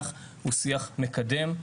הוא שיח מקדם.